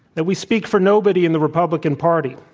that we speak for nobody in the republican party.